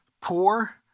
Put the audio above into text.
poor